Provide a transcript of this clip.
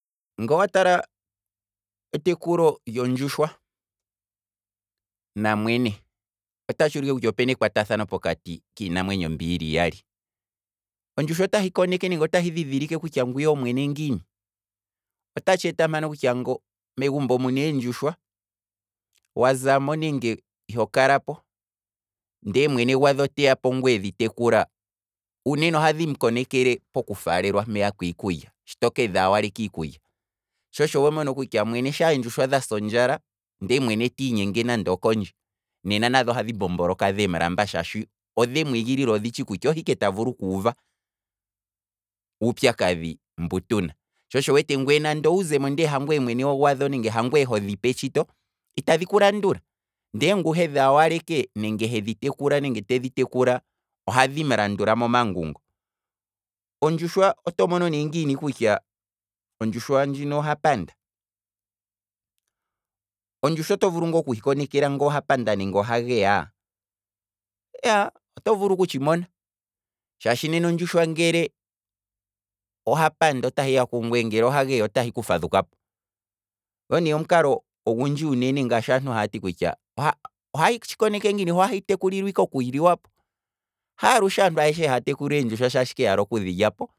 Ngoo wata etekulo lyondjushwa na mwene, otatshi ulike kutya opena ekwatathano pokati kiinamwe mbi yili iyali, ondjishwa ota hi koneke nenge otahi dhi dhilike kutya ngwiya omwene ngiini? Ota tsheeta mpano kutya ngo, megumbo muna eendjushwa, wazamo nenge iho kalapo, ndee mwene gwadho teya po ngwee dhi tekula, uunene ohadhi mukoneke poku falelwa mpeya kwiikulya shi to kedhaa waleka iikulya, sho sho homono kutya, mwene sha eendjushwa dhasa ondjala, nde mwene tii nyenge nande okondje, nena nadho ohadhi mbomboloka dhemu lamba shashi odhe mwiigilila odhityi kutya ohe ike ta vulu kuuva uupyakadhi mbu tuna, sho osho ngwee nande wu zemo ndee hangwe mwene gwadho nenge hangwee ho dhipe tshito, itadhi ku landula, ndee ngu hedhi awaleke nenge hedhi tekula nenge tedhi tekula, ohadhi mulandula momangungo. Ondjushwa oto mono ngiini kutya ondjushwa ndjino oha panda? Ondjushwa oto vulu ngaa oku hikonekela ngoo hapanda nenge oha geyaa? oto vulu oku tshi mona, shaashi ondjushwa ngele ohapanda otahi ya kungwee, ngoo ha geya otahi ku fadhukapo, go ne omukalo ogundji uunene ngaashi aantu haya ti kutya, ohayi tshi koneke ngiini hoohahi tekulilwa ike okuliwapo; haalushe aantu ayeshe haya tekula eendjushwa shashi yaala okudhi lyapo